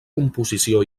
composició